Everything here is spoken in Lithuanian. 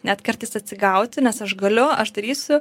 net kartais atsigauti nes aš galiu aš darysiu